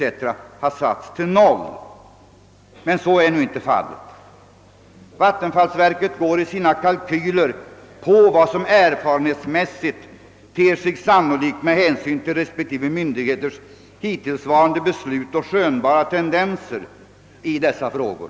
Så är emellertid inte fallet. Vattenfallsverket utgår i sina kalkyler från vad som erfarenhetsmässigt ter sig sannolikt med hänsyn till respektive myndigheters hittillsvarande beslut och skönjbara tendenser i dessa frågor.